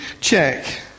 check